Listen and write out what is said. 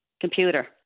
computer